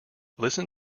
listen